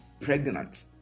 pregnant